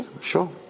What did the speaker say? sure